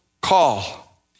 call